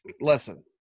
listen